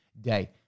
day